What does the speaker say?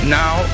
now